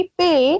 pay